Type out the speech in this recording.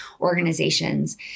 organizations